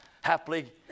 happily